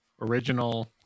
original